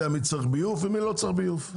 יודע מי צריך ביוב ומי לא צריך ביוב,